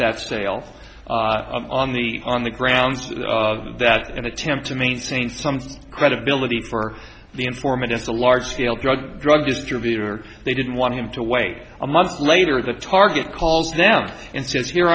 that stale on the on the grounds of that and attempt to maintain some credibility for the informant in the large scale drug drug distributor they didn't want him to wait a month later the target called them in to here